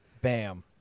Bam